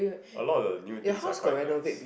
a lot of the new things are quite nice